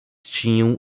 tinham